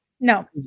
No